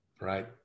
right